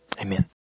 Amen